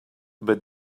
but